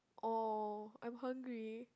!aww! I'm hungry